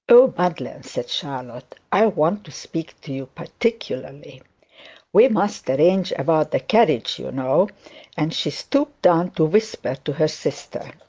madeline said charlotte, i want to speak to you particularly we must arrange about the carriage, you know and she stooped down to whisper to her sister.